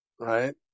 right